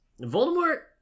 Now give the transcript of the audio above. Voldemort